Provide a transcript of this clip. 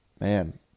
Man